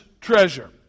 treasure